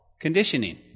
conditioning